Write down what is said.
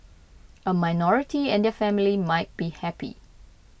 a minority and their family might be happy